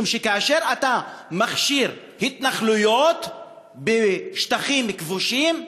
משום שכאשר אתה מכשיר התנחלויות בשטחים כבושים,